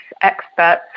experts